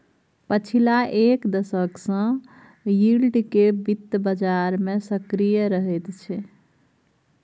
पछिला एक दशक सँ यील्ड केँ बित्त बजार मे सक्रिय रहैत छै